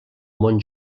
món